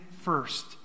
first